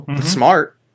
smart